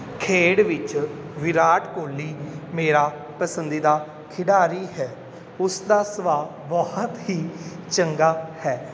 ਖੇਡ ਵਿੱਚ ਵਿਰਾਟ ਕੋਹਲੀ ਮੇਰਾ ਪਸੰਦੀਦਾ ਖਿਡਾਰੀ ਹੈ ਉਸਦਾ ਸੁਭਾਅ ਬਹੁਤ ਹੀ ਚੰਗਾ ਹੈ